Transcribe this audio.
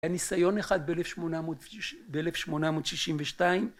‫היה ניסיון אחד באלף שמונה מאות... באלף שמונה מאות ששים ושתיים.